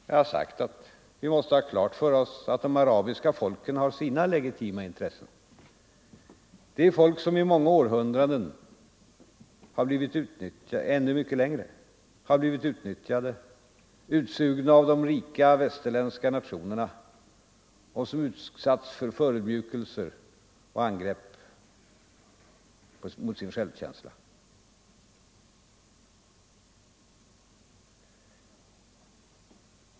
Jag har sagt att vi måste ha klart för oss att de arabiska folken har sina legitima intressen: Det är folk som i många århundraden —- och ännu mycket längre — har blivit utnyttjade, utsugna av de rika västerländska nationerna, och som utsatts för förödmjukelser och angrepp mot sin självkänsla.